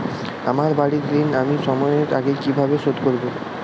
আমার বাড়ীর ঋণ আমি সময়ের আগেই কিভাবে শোধ করবো?